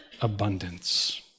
abundance